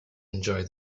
enjoy